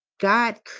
God